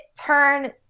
turn